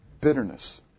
Bitterness